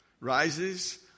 rises